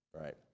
right